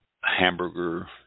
hamburger